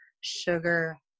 sugar